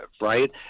right